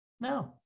no